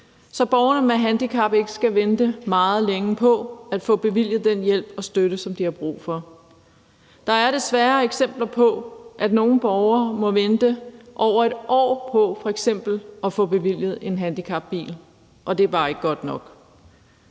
så borgerne ikke skal vente meget længe på at få bevilget den hjælp og støtte, som de har brug for. Der er desværre eksempler på, at nogle borgere må vente over 1 år på f.eks. at få bevilget en handicapbil, og det er bare ikke godt nok.